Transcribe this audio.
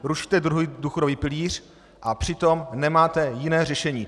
Rušíte druhý důchodový pilíř, a přitom nemáte jiné řešení.